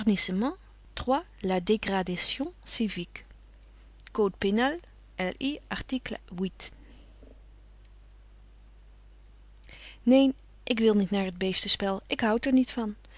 code pénal l i art neen ik wil niet naar t beestenspel ik houd er niet van